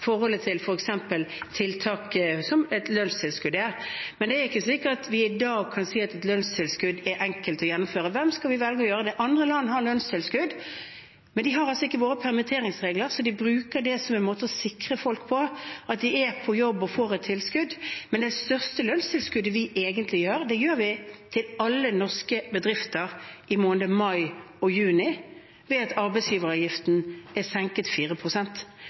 tiltak som f.eks. lønnstilskudd. Men det er ikke slik at vi i dag kan si at et lønnstilskudd er enkelt å gjennomføre. For hvem skal vi velge å gjøre det? Andre land har lønnstilskudd, men de har ikke våre permitteringsregler, så de bruker det som en måte å sikre folk på, at de er på jobb og får et tilskudd. Det største lønnstilskuddet vi egentlig gir, gir vi til alle norske bedrifter i månedene mai og juni, ved at arbeidsgiveravgiften er senket